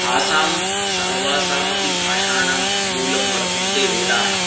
तासां सर्वासामपि भाषाणां मूलं वर्तन्ते वेदाः